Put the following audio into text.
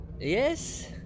Yes